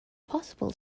possible